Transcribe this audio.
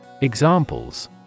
Examples